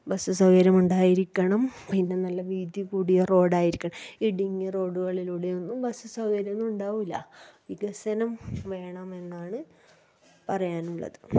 bus സൗകര്യമുണ്ടായിരിക്കണം പിന്നെ നല്ല വീതി കൂടിയ റോഡായിരിക്കണം ഇടുങ്ങിയ റോഡുകളിലൂടെയൊന്നും ബസ്സ് സൗകര്യങ്ങളൊണ്ടാവില്ല വികസനം വേണമെന്നാണ് പറയാനുള്ളത്